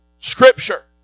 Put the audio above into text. scripture